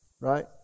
right